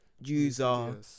user